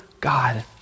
God